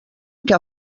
que